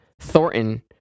Thornton